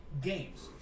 games